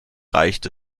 reicht